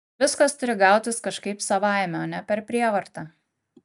viskas turi gautis kažkaip savaime o ne per prievartą